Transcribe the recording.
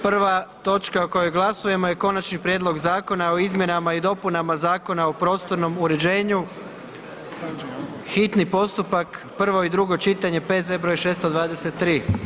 Prva točka o kojoj glasujemo je Konačni prijedlog Zakona o izmjenama i dopunama Zakona o prostornom uređenju, hitni postupak, prvo i drugo čitanje, P.Z. broj 623.